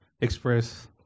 express